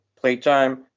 playtime